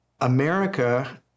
America